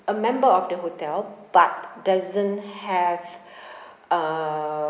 a member of the hotel but doesn't have uh